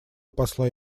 посла